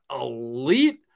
elite